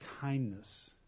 kindness